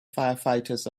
firefighters